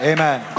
Amen